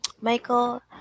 Michael